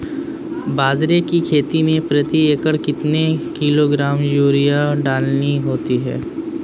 बाजरे की खेती में प्रति एकड़ कितने किलोग्राम यूरिया डालनी होती है?